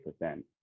percent